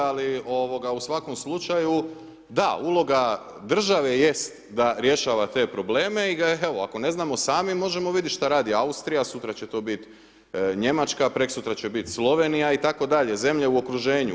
Ali u svakom slučaju, da, uloga države jest da rješava te probleme i evo ako ne znam sami možemo vidjeti šta radi Austrija, sutra će to biti Njemačka, prekosutra će biti Slovenija itd., zemlje u okruženju.